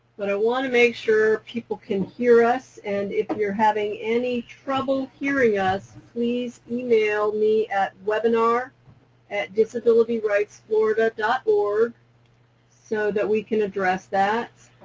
but i want to make sure people can hear us, and if you're having any trouble hearing us, please e-mail me at webinar disabilityrightsflorida org so that we can address that.